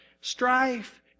Strife